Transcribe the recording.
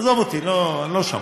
עזוב אותי, אני לא שם.